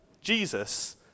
Jesus